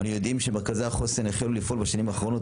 אנו יודעים שמרכזי החוסן החלו לפעול בשנים האחרונות